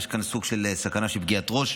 יש כאן סוג של סכנה של פגיעת ראש,